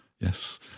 yes